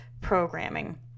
programming